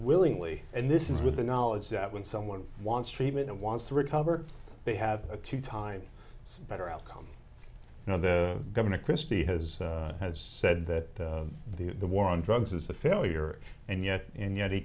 willingly and this is with the knowledge that when someone wants treatment and wants to recover they have a tee time some better outcome you know the governor christie has has said that the the war on drugs is a failure and yet and yet he